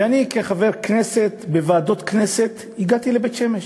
ואני כחבר הכנסת בוועדות הכנסת הגעתי לבית-שמש.